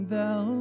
thou